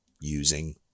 using